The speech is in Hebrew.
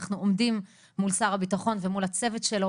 אנחנו עומדים מול שר הביטחון ומול הצוות שלו